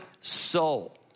soul